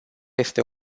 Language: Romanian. este